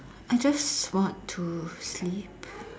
I just want to sleep